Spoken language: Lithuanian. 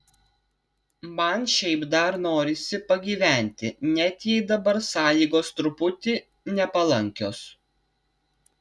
man šiaip dar norisi pagyventi net jei dabar sąlygos truputį nepalankios